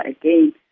again